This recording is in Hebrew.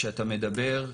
כשאתה מדבר,